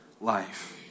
life